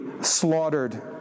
slaughtered